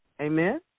amen